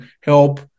help